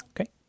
Okay